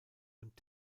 und